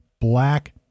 black